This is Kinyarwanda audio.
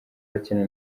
bakina